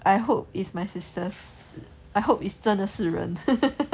I hope it's my sisters I hope is 真的是人